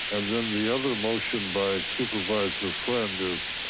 and then the other motion by supervisor friend is,